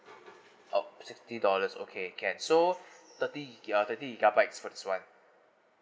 oh sixty dollars okay can so thirty giga~ thirty gigabytes for this [one]